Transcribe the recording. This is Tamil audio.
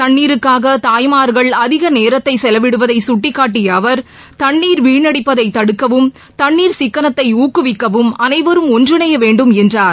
தண்ணீருக்காக தாய்மார்கள் அதிக நேரத்தை செயலவிடுவதை கட்டிக்காட்டிய அவர் தண்ணீர் வீணடிப்பதை தடுக்கவும் தண்ணீர் சிக்கனத்தை ஊக்குவிக்கவும் அனைவரும் ஒன்றிணையவேண்டும் என்றார்